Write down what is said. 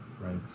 right